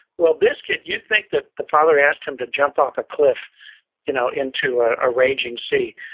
well, this kid, you'd think that the father asked him to jump off a cliff you know into ah a raging sea,